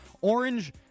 orange